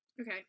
Okay